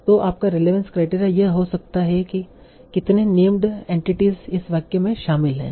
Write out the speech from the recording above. तो आपका relevance criteria यह हो सकता है कि कितने नेम्ड एंटिटीस इस वाक्य में शामिल हैं